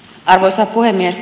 arvoisa puhemies